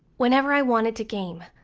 whenever i wanted to game,